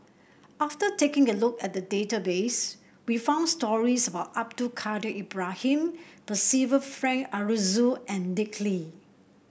after taking a look at the database we found stories about Abdul Kadir Ibrahim Percival Frank Aroozoo and Dick Lee